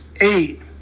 eight